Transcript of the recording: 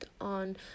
on